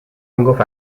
میگفت